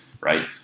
right